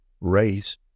race